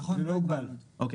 לסוג נותני השירות או מקורות המידע,